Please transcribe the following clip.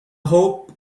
hope